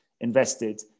invested